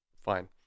fine